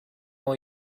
will